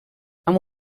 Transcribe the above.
amb